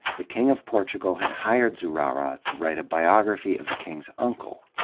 the king of portugal had hired zurara to write a biography of the king's uncle,